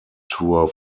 tour